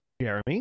Jeremy